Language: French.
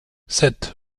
sept